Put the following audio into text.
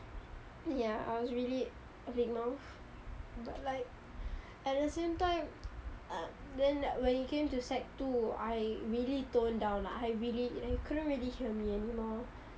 ya I was really a big mouth but like at the same time um then when it came to sec two I really tone down like I really like you couldn't really hear me anymore